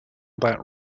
that